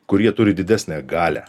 kurie turi didesnę galią